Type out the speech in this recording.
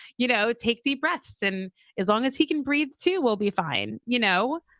you know, take deep breaths. and as long as he can breathe, too, we'll be fine, you know?